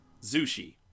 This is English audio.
Zushi